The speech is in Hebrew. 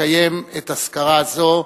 לקיים אזכרה זו,